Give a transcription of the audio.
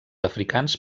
africans